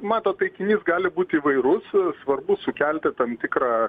matot taikinys gali būt įvairus svarbu sukelti tam tikrą